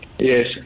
Yes